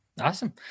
Awesome